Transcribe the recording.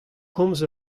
komz